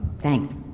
thanks